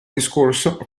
discorso